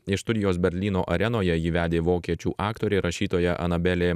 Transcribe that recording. iš studijos berlyno arenoje jį vedė vokiečių aktorė rašytoja anabelė